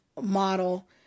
model